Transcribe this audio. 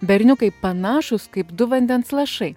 berniukai panašūs kaip du vandens lašai